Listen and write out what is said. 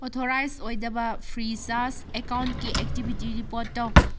authorise ꯑꯣꯏꯗꯕ franchise ꯑꯦꯀꯥꯎꯟꯒꯤ activity report ꯇꯧ